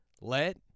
Let